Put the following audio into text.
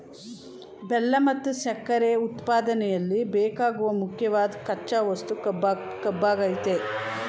ಬೆಲ್ಲ ಮತ್ತು ಸಕ್ಕರೆ ಉತ್ಪಾದನೆಯಲ್ಲಿ ಬೇಕಾಗುವ ಮುಖ್ಯವಾದ್ ಕಚ್ಚಾ ವಸ್ತು ಕಬ್ಬಾಗಯ್ತೆ